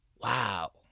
wow